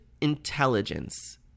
intelligence